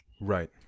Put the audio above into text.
Right